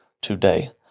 Today